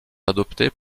adoptés